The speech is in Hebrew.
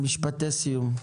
משפטי סיום,